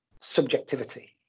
subjectivity